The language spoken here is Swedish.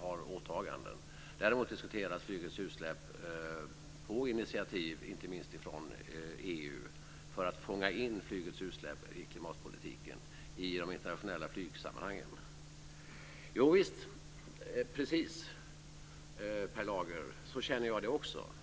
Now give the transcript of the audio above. har åtaganden. Däremot diskuterades flygets utsläpp på initiativ av inte minst EU för att fånga in det i klimatpolitiken i de internationella flygsammanhangen. Jag känner precis som Per Lager.